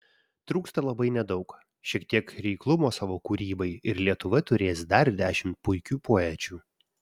trūksta labai nedaug šiek tiek reiklumo savo kūrybai ir lietuva turės dar dešimt puikių poečių